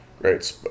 Great